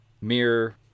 mirror